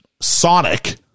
sonic